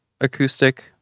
acoustic